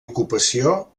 ocupació